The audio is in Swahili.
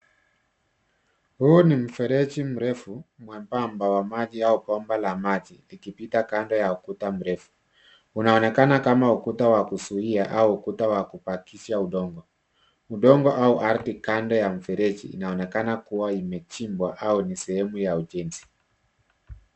Huu ni mfereji mrefu mwembamba wa maji au bomba la maji likipita kando ya ukuta mrefu. Unaonekana kama ukuta wa kuzuia au ukuta wa kubakisha udongo. Udongo au ardhi kando ya mfereji inaonekana kuwa imechimbwa au ni sehemu ya ujenzi.